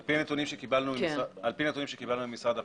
על פי הנתונים שקיבלנו ממשרד הפנים,